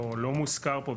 לא מוזכר פה.